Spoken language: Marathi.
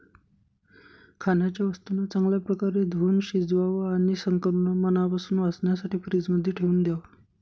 खाण्याच्या वस्तूंना चांगल्या प्रकारे धुवुन शिजवावं आणि संक्रमणापासून वाचण्यासाठी फ्रीजमध्ये ठेवून द्याव